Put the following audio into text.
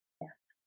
Yes